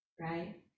Right